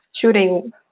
shooting